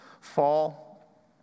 fall